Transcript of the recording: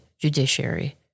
judiciary